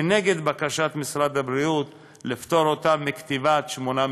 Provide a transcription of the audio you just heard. כנגד בקשת משרד הבריאות לפטור אותם מכתיבת שמונה מפרטים.